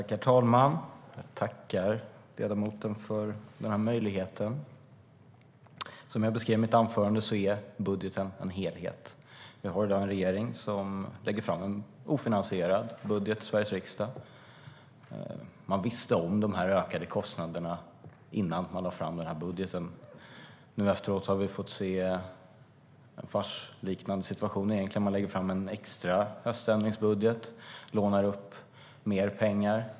Herr talman! Jag tackar ledamoten för den möjligheten. Som jag beskrev i mitt anförande är budgeten en helhet. Vi har i dag en regering som lägger fram en ofinansierad budget till Sveriges riksdag. Man visste om de ökade kostnaderna innan man lade fram budgeten. Efteråt har vi fått se en farsliknande situation. Man lägger fram en extra höständringsbudget och lånar upp mer pengar.